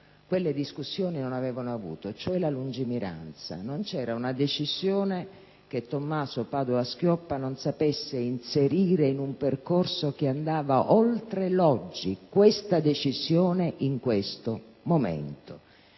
quelle discussioni non avevano avuto, cioè la lungimiranza. Non v'era una decisione che Tommaso Padoa-Schioppa non sapesse inserire in un percorso che andava oltre l'oggi, questa decisione in questo momento.